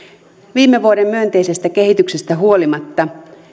viime vuoden myönteisestä kehityksestä huolimatta